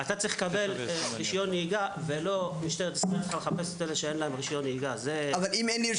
לדוגמה, בהקשר לנהיגה, החוק מופנה לאדם ומורה